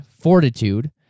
fortitude